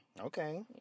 Okay